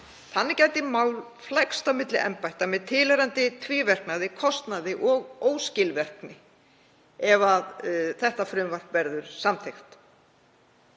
Þannig gæti mál flækst á milli embætta með tilheyrandi tvíverknaði, kostnaði og óskilvirkni ef frumvarpið verður samþykkt.